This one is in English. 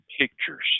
pictures